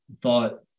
thought